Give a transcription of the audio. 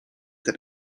that